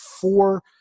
four